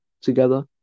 together